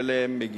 שאליהם הם מגיעים.